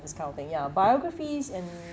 this kind of thing ya biographies and